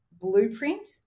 blueprint